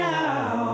now